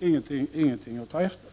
ingenting att ta efter.